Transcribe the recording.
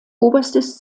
oberstes